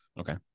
Okay